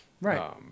Right